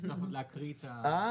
יש צורך עוד להקריא את התקנות.